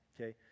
okay